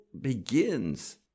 begins